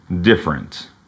different